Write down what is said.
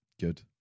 Good